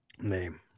name